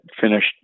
finished